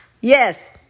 Yes